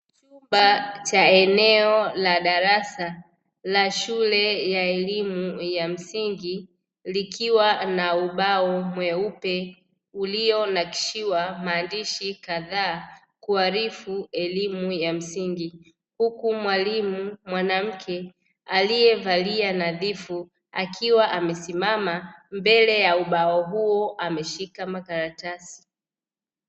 Chumba cha eneo la darasa la shule ya elimu ya msingi, likiwa na ubao mweupe ulio nakishiwa maandishi kadhaa kuarifu elimu ya msingi huku mwalimu mwanamke aliyevalia nadhifu akiwa amesimama mbele ya ubao huu, ameshika makaratasi.